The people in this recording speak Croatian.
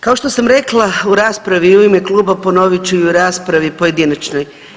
Kao što sam rekla u raspravi u ime kluba ponovit ću i u raspravi pojedinačnoj.